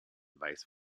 vice